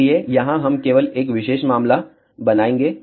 इसलिए यहां हम केवल एक विशेष मामला बनाएंगे